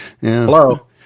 hello